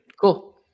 Cool